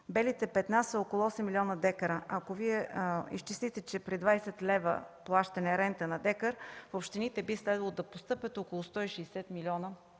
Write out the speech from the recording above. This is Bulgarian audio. петна” са около 8 млн. дка. Ако изчислите при 20 лв. плащане рента на декар, в общините би следвало да постъпят около 160 млн.